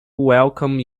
welcome